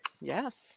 Yes